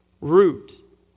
root